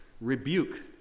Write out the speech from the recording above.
Rebuke